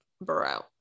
bro